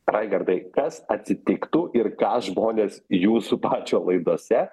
raigardai kas atsitiktų ir ką žmonės jūsų pačio laidose